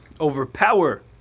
overpower